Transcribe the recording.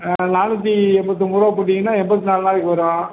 ஆ நானூற்றி எண்பத்தொன்பது ரூவா போட்டீங்கன்னால் எண்பத்தி நாலு நாளைக்கு வரும்